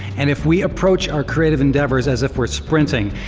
and if we approach our creative endeavors as if we're sprinting,